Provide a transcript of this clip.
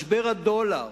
משבר הדולר